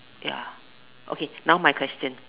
ya okay now my question